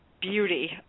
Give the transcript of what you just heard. beauty